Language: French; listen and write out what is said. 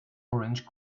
orange